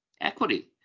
equity